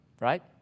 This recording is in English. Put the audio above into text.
right